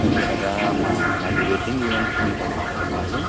అది ఇలాగ మా నాది వెడ్డింగ్ ఈవెంట్ ఉంటుంది సార్ మాది